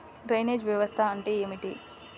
Drainage వ్యవస్థ అంటే ఏమిటి?